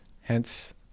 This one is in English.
hence